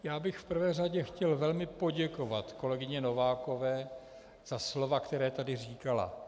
Já bych v prvé řadě chtěl velmi poděkovat kolegyni Novákové za slova, která tady říkala.